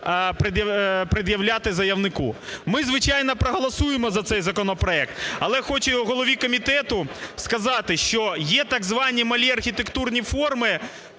Ми, звичайно, проголосуємо за цей законопроект. Але хочу його голові комітету сказати, що є так звані малі архітектурні форми